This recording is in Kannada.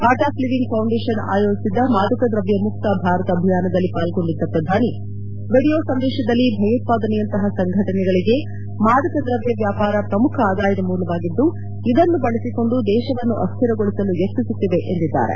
ಆರ್ಟ್ ಆಫ್ ಲಿವಿಂಗ್ ಫೌಂಡೇಷನ್ ಆಯೋಜಿಸಿದ್ದ ಮಾದಕ ದ್ರವ್ಯ ಮುಕ್ತ ಭಾರತ ಅಭಿಯಾನದಲ್ಲಿ ಪಾಲ್ಗೊಂಡಿದ್ದ ಪ್ರಧಾನಿ ಅವರು ವಿಡಿಯೋ ಸಂದೇಶದಲ್ಲಿ ಭಯೋತ್ತಾದನೆಯಂತಹ ಸಂಘಟನೆಗಳಗೆ ಮಾದಕ ದ್ರವ್ಯ ವ್ಯಾಪಾರ ಪ್ರಮುಖ ಆದಾಯದ ಮೂಲವಾಗಿದ್ದು ಇದನ್ನು ಬಳಸಿಕೊಂಡು ದೇಶವನ್ನು ಅಶ್ವಿರಗೊಳಿಸಲು ಯಷ್ಯಿಸುತ್ತಿವೆ ಎಂದಿದ್ದಾರೆ